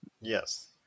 Yes